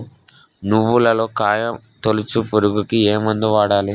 నువ్వులలో కాయ తోలుచు పురుగుకి ఏ మందు వాడాలి?